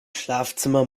schlafzimmer